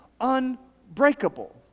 unbreakable